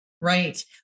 Right